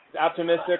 Optimistic